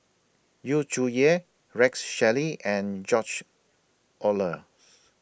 Yu Zhuye Rex Shelley and George Oehlers